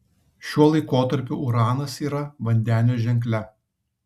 šiuo laikotarpiu uranas yra vandenio ženkle